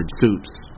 suits